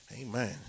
Amen